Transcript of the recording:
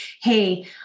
Hey